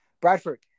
Bradford